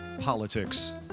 politics